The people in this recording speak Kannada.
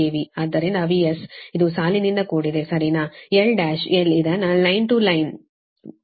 ಆದ್ದರಿಂದ VS ಇದು ಸಾಲಿನಿಂದ ಕೂಡಿದೆ ಸರಿನಾ L ಡ್ಯಾಶ್ L ಇದನ್ನು ಲೈನ್ ಟು ಲೈನ್ 3145